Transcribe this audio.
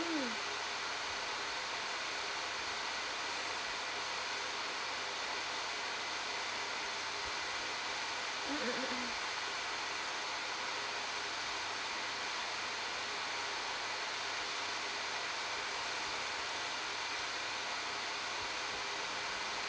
mm